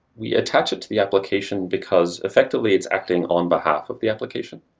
we attach it to the application because, effectively, it's acting on behalf of the application.